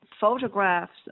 Photographs